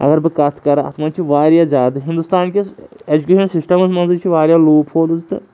اگر بہٕ کَتھ کَرٕ اَتھ منٛز چھِ واریاہ زیادٕ ہِندستاکِس اٮ۪جوکیشَن سِسٹمَس منٛزٕے چھِ واریاہ لوٗپ ہولٕز تہٕ